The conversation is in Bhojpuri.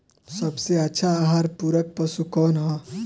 सबसे अच्छा आहार पूरक पशु कौन ह?